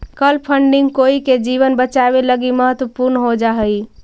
कल फंडिंग कोई के जीवन बचावे लगी महत्वपूर्ण हो जा हई